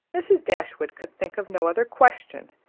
mrs. dashwood could think of no other question,